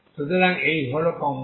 সুতরাং এই হল কম্পন